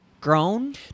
grown